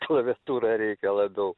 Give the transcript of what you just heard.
klaviatūrą reikia labiau